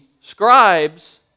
scribes